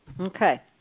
Okay